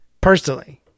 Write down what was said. personally